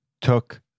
took